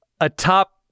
atop